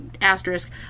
asterisk